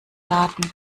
daten